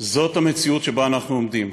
זאת המציאות שבה אנחנו עומדים.